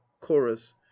chorus